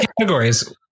categories